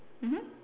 mmhmm